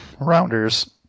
Rounders